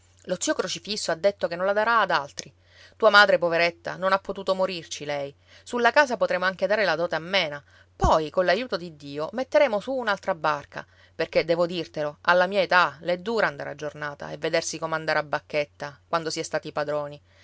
lo zio crocifisso ha detto che non la darà ad altri tua madre poveretta non ha potuto morirci lei sulla casa potremo anche dare la dote a mena poi coll'aiuto di dio metteremo su un'altra barca perché devo dirtelo alla mia età l'è dura andare a giornata e vedersi comandare a bacchetta quando si è stati padroni